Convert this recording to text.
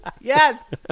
Yes